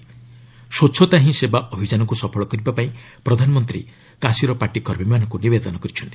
'ସ୍ୱଚ୍ଚତା ହିଁ ସେବା' ଅଭିଯାନକୁ ସଫଳ କରିବାପାଇଁ ପ୍ରଧାନମନ୍ତ୍ରୀ କାଶୀର ପାର୍ଟି କର୍ମୀମାନଙ୍କୁ ନିବେଦନ କରିଛନ୍ତି